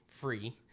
free